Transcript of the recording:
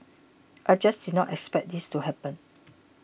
I just did not expect this to happen